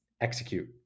execute